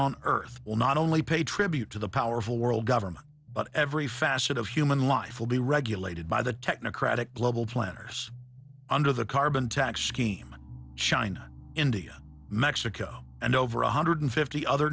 on earth will not only pay tribute to the powerful world government but every facet of human life will be regulated by the technocratic global planners under the carbon tax scheme china india mexico and over one hundred fifty other